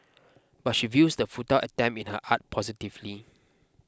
but she views the futile attempt in her art positively